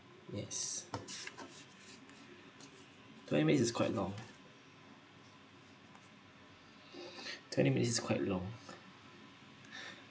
yes twenty minutes is quite long twenty minutes is quite long